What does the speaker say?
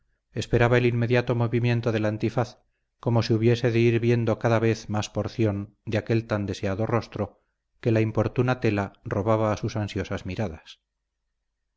esperaba el inmediato movimiento del antifaz como si hubiese de ir viendo cada vez más porción de aquel tan deseado rostro que la importuna tela robaba a sus ansiosas miradas